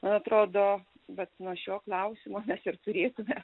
atrodo vat nuo šio klausimo ir turėtume